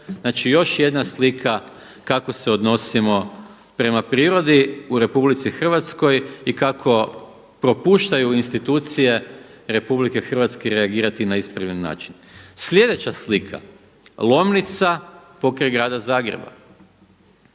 Znači još jedna slika kako se odnosimo prema prirodi u RH i kako propuštaju institucije RH reagirati na ispravan način. Sljedeća slika, Lomnica pokraj grada Zagreba.